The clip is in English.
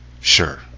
Sure